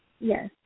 Yes